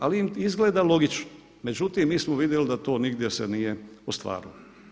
Ali im izgleda logično, međutim mi smo vidjeli da to nigdje se nije ostvarilo.